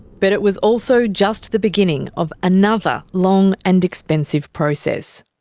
but it was also just the beginning of another long and expensive process.